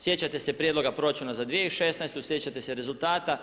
Sjećate se prijedloga proračuna za 2016., sjećate se rezultata.